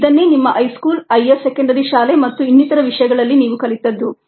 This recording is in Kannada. ಇದನ್ನೇ ನಿಮ್ಮ ಹೈಸ್ಕೂಲ್ ಹೈಯರ್ ಸೆಕೆಂಡರಿ ಶಾಲೆ ಮತ್ತು ಇನ್ನಿತರ ವಿಷಯಗಳಲ್ಲಿ ನೀವು ಕಲಿತದ್ದು